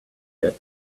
yet